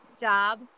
job